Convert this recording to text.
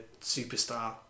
superstar